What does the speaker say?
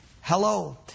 Hello